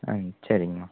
ஆ சரிங்கம்மா